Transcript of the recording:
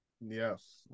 yes